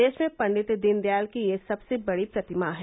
देश में पंडित दीनदयाल की यह सबसे बड़ी प्रतिमा है